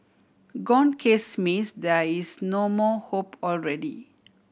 gone case means there is no more hope already